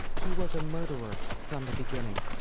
he was a murderer from the beginning